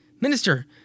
minister